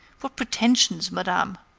what pretensions, madame!